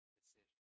decision